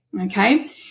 okay